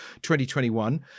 2021